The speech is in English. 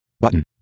Button